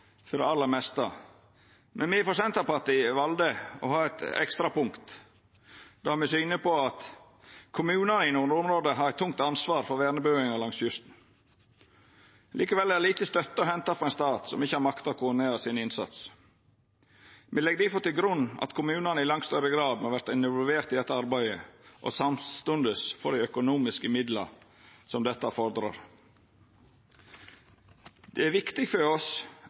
det aller meste, men me frå Senterpartiet valde å ha med eit ekstra punkt, der me viser til at kommunane i nordområda har eit tungt ansvar for vernebuinga langs kysten. Likevel er det lite støtte å henta frå ein stat som ikkje har makta å koordinera innsatsen sin. Me legg difor til grunn at kommunane i langt større grad må verta involverte i dette arbeidet og samstundes få dei økonomiske midlane som det fordrar. Det er viktig for oss